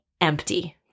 Empty